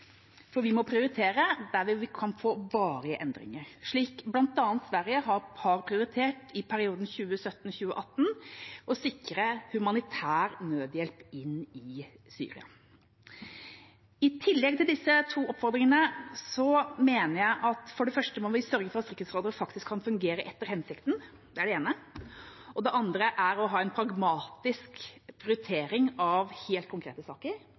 Vi må prioritere der vi kan få varige endringer, slik bl.a. Sverige i perioden 2017–2018 prioriterte å sikre humanitær nødhjelp inn i Syria. I tillegg til disse to oppfordringene mener jeg at vi for det første må sørge for at Sikkerhetsrådet faktisk kan fungere etter hensikten. Det er det ene. Det andre er å ha en pragmatisk prioritering av helt konkrete saker.